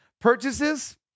Purchases